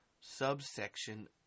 subsection